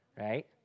right